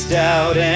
doubt